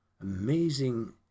amazing